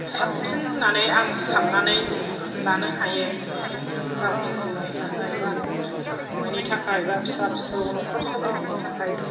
साबसिन होननानै आं साननानै लानो हायो गावनि जिउनि थाखाय बा नखर संसार खुंनायनि थाखाय बा फिसा फिसौ नखर सालायनायनि थाखाय